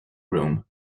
room